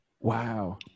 Wow